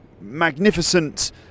magnificent